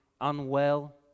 unwell